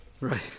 right